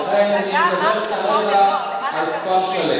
ולכן אני מדבר כרגע, אתה אמרת קודם, על כפר-שלם.